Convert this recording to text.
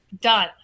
done